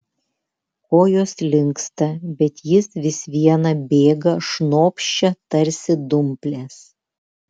kojos linksta bet jis vis viena bėga šnopščia tarsi dumplės